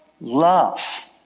love